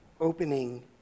opening